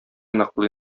ныклы